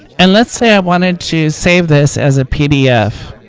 and let's say i wanted to save this as a pdf,